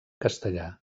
castellà